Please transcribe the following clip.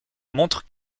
montrent